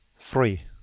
three.